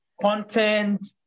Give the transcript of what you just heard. content